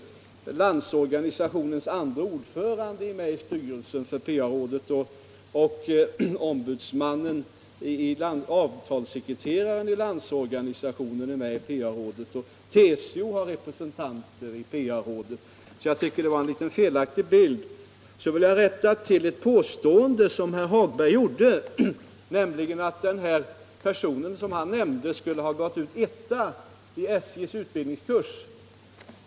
Landsorganisationens andre ordförande är med i styrelsen för PA-rådet, likaså avtalssekreteraren i Landsorganisationen, likaså har TCO representanter i PA-rådet. Jag tycker således att det är en något felaktig bild herr Hagberg gav. Sedan vill jag rätta till ett påstående som herr Hagberg gjorde. Han sade att den person han nämnde skulle ha gått ut som etta i SJ:s utbildningskurs.